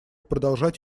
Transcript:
продолжать